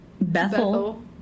Bethel